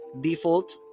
default